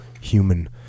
human